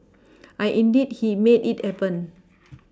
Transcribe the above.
and indeed he made it happen